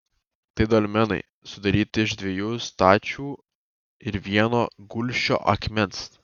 tai dolmenai sudaryti iš dviejų stačių ir vieno gulsčio akmens